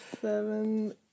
seven